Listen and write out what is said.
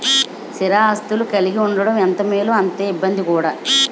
స్థిర ఆస్తులు కలిగి ఉండడం ఎంత మేలో అంతే ఇబ్బంది కూడా